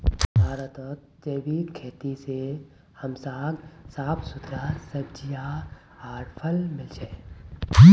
भारतत जैविक खेती से हमसाक साफ सुथरा सब्जियां आर फल मिल छ